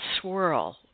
swirl